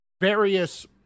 various